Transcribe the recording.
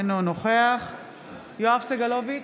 אינו נוכח יואב סגלוביץ'